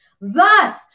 Thus